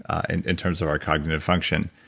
and in terms of our cognitive function